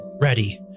ready